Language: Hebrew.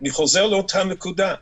אני חוזר לאותה נקודה,